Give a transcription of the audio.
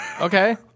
Okay